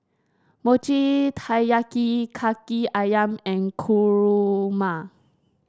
Mochi Taiyaki kaki ayam and kurma